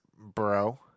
bro